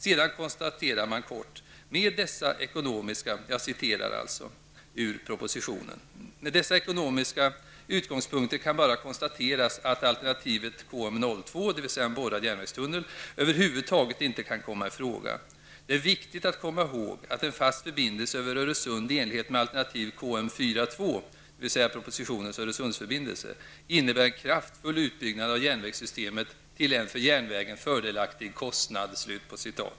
Sedan konstaterar man kort: ''Med dessa ekonomiska utgångspunkter kan bara konstateras att alternativet KM 0.2 över huvud taget inte kan komma ifråga -- Det är viktigt att komma ihåg att en fast förbindelse över Öresund i enlighet med alternativ KM 4.2 innebär en kraftfull utbyggnad av järnvägssystemet till en för järnvägen fördelaktig kostnad.''